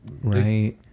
Right